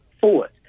forward